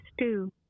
two